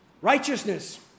Righteousness